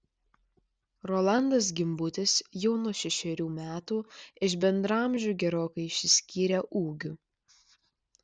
rolandas gimbutis jau nuo šešerių metų iš bendraamžių gerokai išsiskyrė ūgiu